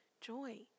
joy